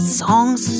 songs